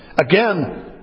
Again